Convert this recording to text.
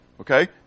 okay